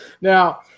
Now